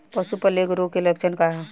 पशु प्लेग रोग के लक्षण का ह?